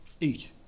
eat